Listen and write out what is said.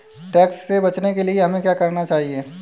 Tax से बचने के लिए हमें क्या करना चाहिए?